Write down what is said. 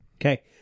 Okay